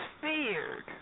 feared